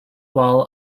wall